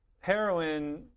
heroin